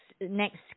next